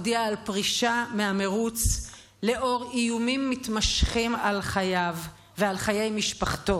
הודיע על פרישה מהמרוץ לנוכח איומים מתמשכים על חייו ועל חיי משפחתו